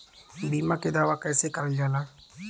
बीमा के दावा कैसे करल जाला?